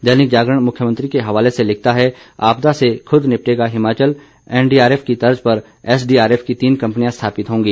दैनिक जागरण मुख्यमंत्री के हवाले से लिखता है आपदा से खुद निपटेगा हिमाचल एनडीआरएफ की तर्ज पर एसडीआरएफ की तीन कंपनियां स्थापित होंगी